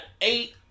eight